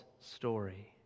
story